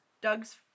Doug's